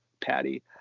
patty